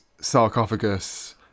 sarcophagus